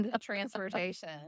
transportation